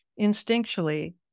instinctually